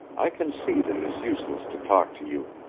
i can see that it is useless to talk to you.